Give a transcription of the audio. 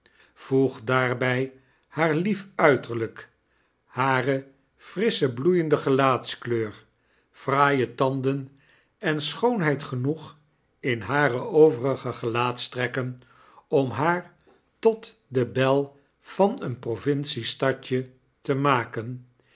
voeg daarby haar lief uiterlijk hare frissche bloeiende gelaatskleur fraaie tanden en schoonheid genoeg in hare overige gelaatstrekken om haar tot de belie van een provinciestadje te raaken